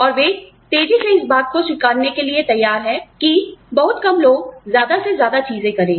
और वे तेजी से इस बात को स्वीकारने के लिए तैयार हैं कि बहुत कम लोग ज्यादा से ज्यादा चीजें करें